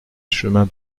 chemin